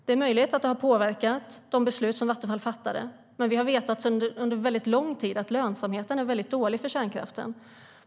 Det är möjligt att det har påverkat det beslut som Vattenfall fattade, men vi har under lång tid vetat att lönsamheten är dålig för kärnkraften.